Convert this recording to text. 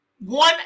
one